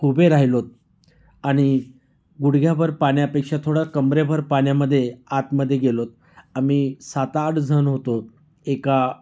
उभे राहिलो आहोत आणि गुडघ्याभर पाण्यापेक्षा थोडं कमरेभर पाण्यामध्ये आतमध्ये गेलो आहोत आम्ही सातआठ जण होतो एका